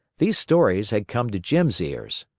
these stories had come to jim's ears,